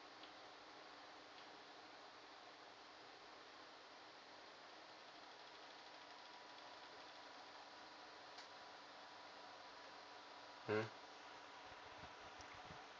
mm